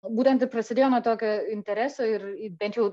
būtent ir prasidėjo nuo tokio intereso ir į bent jau